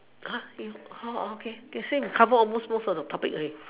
okay same cover almost most of the topics already